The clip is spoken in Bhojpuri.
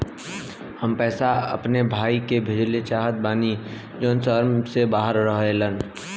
हम पैसा अपने भाई के भेजल चाहत बानी जौन शहर से बाहर रहेलन